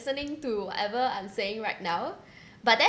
to whatever I'm saying right now but then